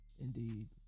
indeed